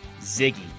Ziggy